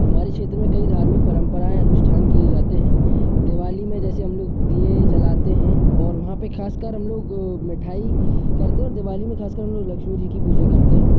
हमारे क्षेत्र में कई धार्मिक परम्पराएँ अनुष्ठान किए जाते हैं दिवाली में जैसे हम लोग दिये जलाते हैं और वहाँ पे खास कर हम लोग मिठाई करते हैं और दिवाली में खास कर हम लोग लक्ष्मी जी की पूजा करते हैं